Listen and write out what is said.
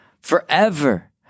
forever